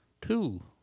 two